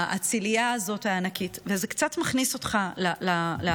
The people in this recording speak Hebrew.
הצילייה הענקית הזאת, וזה קצת מכניס אותך לאווירה